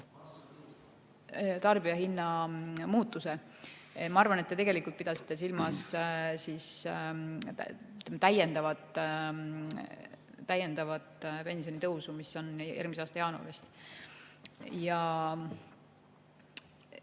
tarbijahinna muutuse. Ma arvan, et te tegelikult pidasite silmas täiendavat pensionitõusu, mis toimub järgmise aasta jaanuaris. Sel